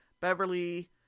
Beverly